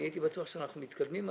אני הייתי בטוח שאנחנו מתקדמים היום.